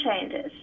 changes